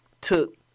took